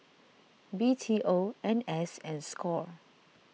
B T O N S and Score